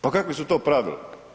Pa kakva su to pravila?